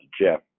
jeff